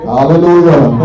Hallelujah